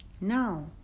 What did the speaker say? Now